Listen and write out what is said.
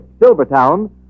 Silvertown